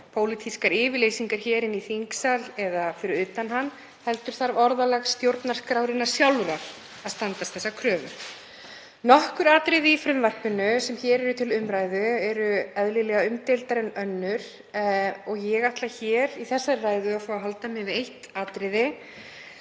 pólitískar yfirlýsingar hér inni í þingsal eða fyrir utan hann, heldur þarf orðalag stjórnarskrárinnar sjálfrar að standast þessa kröfu. Nokkur atriði í frumvarpinu sem hér eru til umræðu eru eðlilega umdeildari en önnur og ég ætla í þessari ræðu að halda mig við eitt atriði,